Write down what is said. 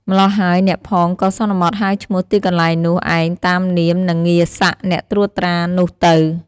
ម្ល៉ោះហើយអ្នកផង ក៏សន្មតហៅឈ្មោះទីកន្លែងនោះឯង តាមនាម និងងារសក្ដិ អ្នកត្រួតត្រានោះទៅ។